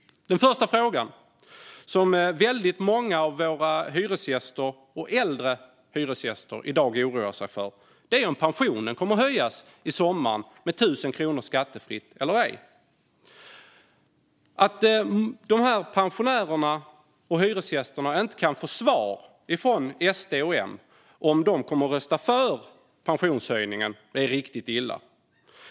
Den första frågan, som väldigt många av våra äldre hyresgäster i dag oroar sig för, är om pensionen kommer att höjas med 1 000 kronor skattefritt i sommar eller ej. Att dessa pensionärer och hyresgäster inte kan få svar från SD och M på om de kommer att rösta för pensionshöjningen är riktigt illa.